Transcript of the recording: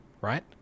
right